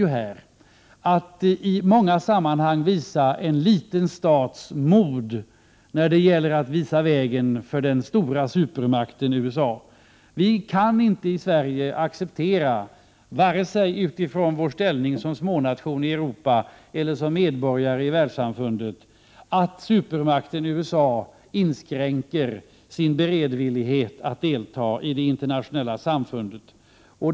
Det gäller att i många sammanhang visa en liten stats mod att visa vägen för den stora supermakten USA. Vi kan i Sverige inte acceptera, vare sig utifrån vår ställning som smånation i Europa eller som medborgare i världssamfundet, att supermakten USA inskränker sin beredvillighet att delta i det internationella samfundet.